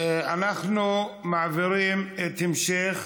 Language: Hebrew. אנחנו מעבירים את המשך,